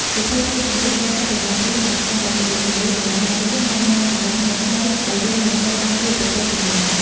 សៀវភៅជួយ ពង្រីកការគិតរបស់យើងឱ្យកាន់តែទូលំទូលាយ ដោយសារវា ណែនាំគំនិតថ្មីៗ ដែលយើងមិនធ្លាប់បានជួបប្រទះពីមុនមក។